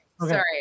Sorry